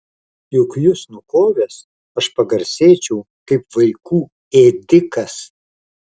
juk jus nukovęs aš pagarsėčiau kaip vaikų ėdikas